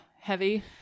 heavy